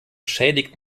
schädigt